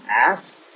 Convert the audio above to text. ask